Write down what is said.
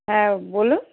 হ্যাঁ বলুন